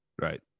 right